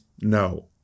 No